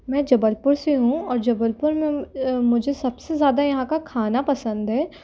मैं जबलपुर से हूँ और जबलपुर में मुझे सबसे ज़्यादा यहाँ का खाना पसंद हैं